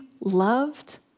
loved